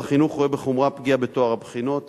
החינוך רואה בחומרה פגיעה בטוהר הבחינות,